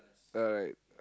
alright